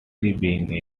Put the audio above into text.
being